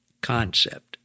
concept